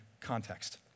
context